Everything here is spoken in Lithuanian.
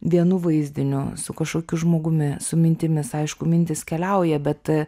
vienu vaizdiniu su kažkokiu žmogumi su mintimis aišku mintys keliauja bet